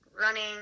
running